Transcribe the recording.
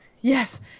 Yes